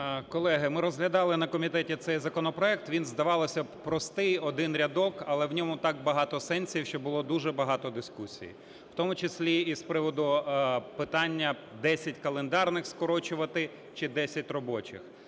Колеги, ми розглядали на комітеті цей законопроект, він, здавалося б, простий – один рядок, але в ньому так багато сенсів, що було дуже багато дискусій, в тому числі і з приводу питання: 10 календарних скорочувати чи 10 робочих.